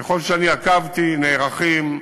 ככל שאני עקבתי, נערכים,